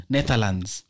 Netherlands